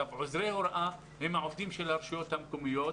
עוזרי הוראה הם עובדים של הרשויות המקומיות.